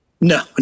no